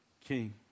king